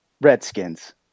Redskins